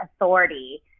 authority